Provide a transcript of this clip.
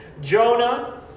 Jonah